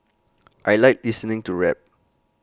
I Like listening to rap